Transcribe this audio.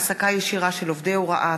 הצעת חוק העסקה ישירה של עובדי הוראה,